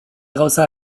gauza